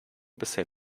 bisher